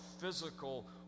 physical